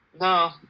no